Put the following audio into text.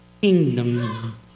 Kingdom